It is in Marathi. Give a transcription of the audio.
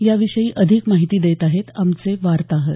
याविषयी अधिक माहिती देत आहेत आमचे वार्ताहर